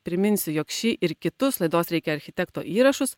priminsiu jog šį ir kitus laidos reikia architekto įrašus